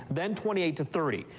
then twenty eight to thirty.